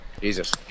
Jesus